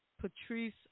Patrice